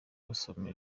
basohora